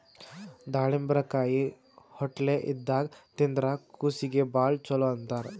ದಾಳಿಂಬರಕಾಯಿ ಹೊಟ್ಲೆ ಇದ್ದಾಗ್ ತಿಂದ್ರ್ ಕೂಸೀಗಿ ಭಾಳ್ ಛಲೋ ಅಂತಾರ್